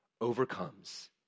overcomes